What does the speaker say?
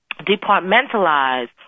departmentalize